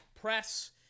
press –